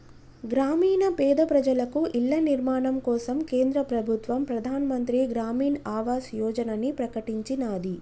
గ్రామీణ పేద ప్రజలకు ఇళ్ల నిర్మాణం కోసం కేంద్ర ప్రభుత్వం ప్రధాన్ మంత్రి గ్రామీన్ ఆవాస్ యోజనని ప్రకటించినాది